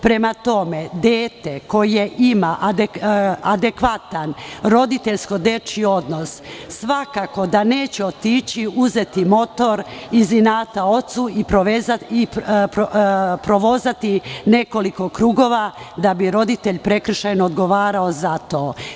Prema tome, dete koje ima adekvatan roditeljko dečiji odnos svakako da neće otići, uzeti motor iz inata ocu i provozati nekoliko krugova da bi roditelj prekršajno odgovarao za to.